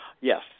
Yes